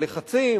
הלחצים,